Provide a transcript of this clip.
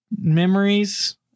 memories